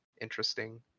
interesting